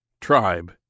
tribe